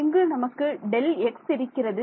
இங்கு நமக்கு Δx இருக்கிறது